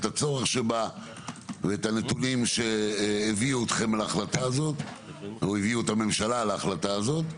את הצורך בה ואת הנתונים שהביאו את הממשלה להחלטה הזו.